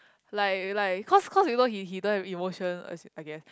like like cause cause you know he he don't have emotion as in I guess